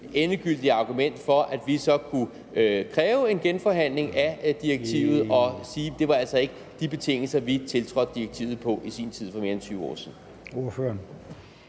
endelige argument for, at vi så kunne kræve en genforhandling af direktivet og sige, at det altså ikke var de betingelser, vi tiltrådte direktivet på i sin tid for mere end 20 år siden.